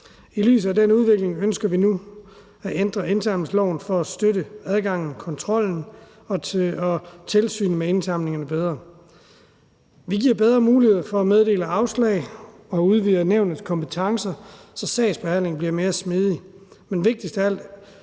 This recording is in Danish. I lyset af den udvikling ønsker vi nu at ændre indsamlingsloven for at støtte adgangen til og kontrollen og tilsynet med indsamlingerne bedre. Vi giver bedre muligheder for at meddele afslag, og vi udvider nævnets kompetence, så sagsbehandlingen bliver mere smidig; men vigtigst af alt